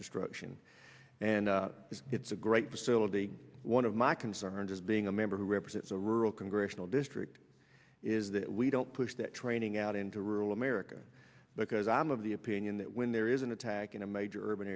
destruction and it's a great facility one of my concerns as being a member who represents a rural congressional district is that we don't push that training out into rural america because i'm of the opinion that when there is an attack in a major urban